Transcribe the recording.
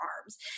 arms